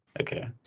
Okay